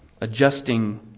adjusting